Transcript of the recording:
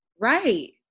Right